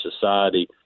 society